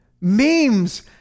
memes